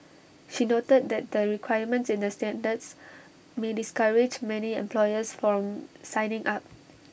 she noted that the requirements in the standards may discourage many employers from signing up